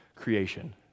creation